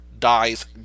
dies